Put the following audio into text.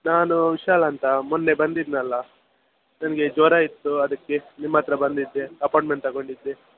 ನಾನು ವಿಶಾಲ್ ಅಂತ ಮೊನ್ನೆ ಬಂದಿದ್ದೆನಲ್ಲ ನನಗೆ ಜ್ವರ ಇತ್ತು ಅದಕ್ಕೆ ನಿಮ್ಮ ಹತ್ರ ಬಂದಿದ್ದೆ ಅಪಾಯಿಂಟ್ಮೆಂಟ್ ತಗೊಂಡಿದ್ದೆ